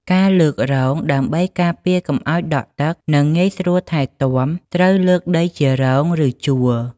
ការលើករងដើម្បីការពារកុំឲ្យដីដក់ទឹក និងងាយស្រួលថែទាំ ត្រូវលើកដីជា រង ឬ ជួរ។